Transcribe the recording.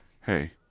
Hey